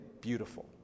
beautiful